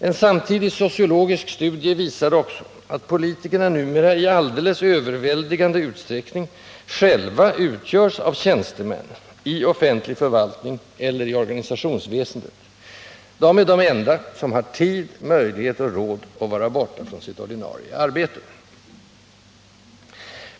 En samtidig sociologisk studie visar också att politikerna numera i alldeles överväldigande utsträckning själva utgörs av tjänstemän, i offentlig förvaltning eller i organisationsväsendet: de är de enda som har tid, möjlighet och råd att vara borta från sitt ordinarie arbete.